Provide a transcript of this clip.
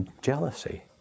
jealousy